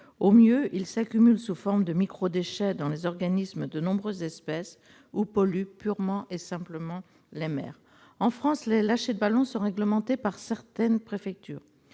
Au mieux, ils s'accumulent sous forme de microdéchets dans les organismes de nombreuses espèces, ou polluent purement et simplement les mers. En France, les lâchers de ballons sont réglementés par certaines préfectures.